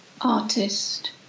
artist